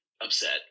upset